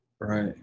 Right